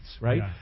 right